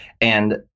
And-